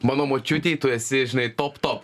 mano močiutei tu esi žinai top top